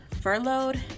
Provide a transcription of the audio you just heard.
furloughed